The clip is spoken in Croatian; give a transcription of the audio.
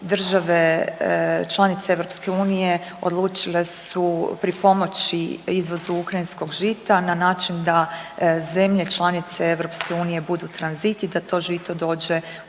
države članice EU odlučile su pripomoći izvozu ukrajinskog žita na način zemlje članice EU budu tranzit i da to žito dođe u